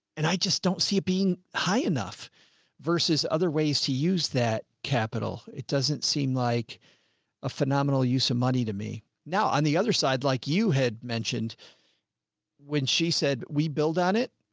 and i just don't see it being high enough versus other ways to use that capital. it doesn't seem like a phenomenal use of money to me. now, on the other side, like you had mentioned when she said we build on it.